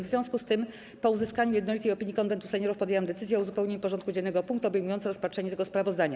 W związku z tym, po uzyskaniu jednolitej opinii Konwentu Seniorów, podjęłam decyzję o uzupełnieniu porządku dziennego o punkt obejmujący rozpatrzenie tego sprawozdania.